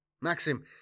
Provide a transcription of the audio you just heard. Maxim